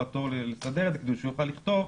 תור כדי לטפל בזה כדי שהוא יוכל לכתוב,